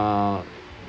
uh